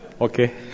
okay